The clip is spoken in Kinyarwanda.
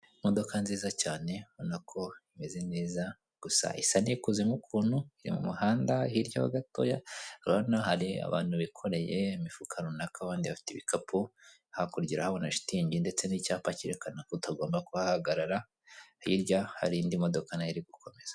Imodoka nziza cyane ubona ko imeze neza gusa isa n'ikuzemo ukuntu mu muhanda hirya ho gatoya urabona hari abantu bikoreye imifuka runaka abandi bafite ibikapu hakurya urahabona na shitingi ndetse n'icyapa cyerekana ko utagomba kuhagarara hirya hari indi modoka nayo iri gukomeza.